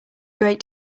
great